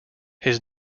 his